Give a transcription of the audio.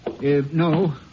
No